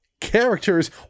characters